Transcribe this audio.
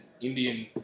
Indian